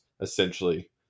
essentially